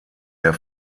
der